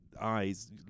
Eyes